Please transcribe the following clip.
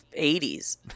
80s